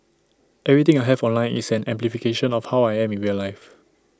everything I have online is an amplification of how I am in real life